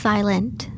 Silent